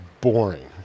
boring